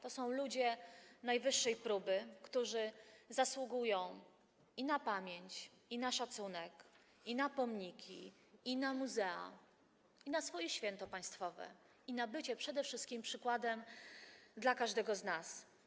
To są ludzie najwyższej próby, którzy zasługują i na pamięć, i na szacunek, i na pomniki, i na muzea, i na swoje święto państwowe, i na bycie przede wszystkim przykładem dla każdego z nas.